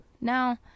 Now